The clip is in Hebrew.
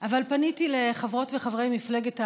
אבל פניתי לחברות וחברי מפלגת העבודה,